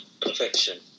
perfection